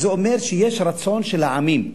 זה אומר שיש רצון של העמים,